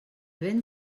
ben